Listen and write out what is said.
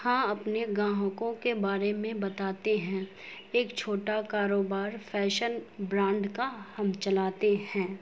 ہاں اپنے گاہکوں کے بارے میں بتاتے ہیں ایک چھوٹا کاروبار فیشن برانڈ کا ہم چلاتے ہیں